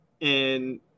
And-